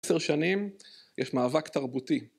עשר שנים, יש מאבק תרבותי.